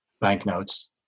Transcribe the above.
banknotes